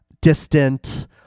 distant